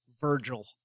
Virgil